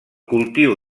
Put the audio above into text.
cultiu